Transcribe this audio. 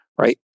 right